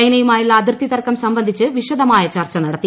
ചൈനയുമായുള്ള അതിർത്തി തർക്കം സംബന്ധിച്ച് വിശദമായ ചർച്ച നടത്തി